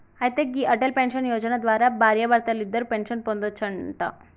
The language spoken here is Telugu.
అయితే గీ అటల్ పెన్షన్ యోజన ద్వారా భార్యాభర్తలిద్దరూ పెన్షన్ పొందొచ్చునంట